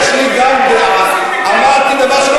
יש לי גם דעה, אמרתי דבר שלא